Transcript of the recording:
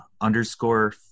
underscore